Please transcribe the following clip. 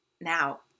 now